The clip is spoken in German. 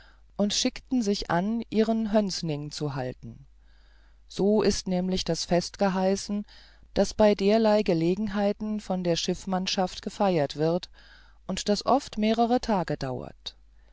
und schickte sich an ihren hönsning zu halten so ist nämlich das fest geheißen das bei derlei gelegenheit von der schiffsmannschaft gefeiert wird und das oft mehrere tage dauert